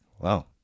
wow